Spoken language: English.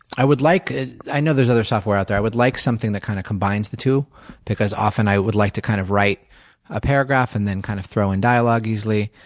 i would like i know there's other software out there i would like something that kind of combines the two because, often, i would like to kind of write a paragraph and then kind of throw in dialogue easily,